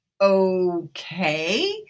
okay